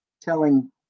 telling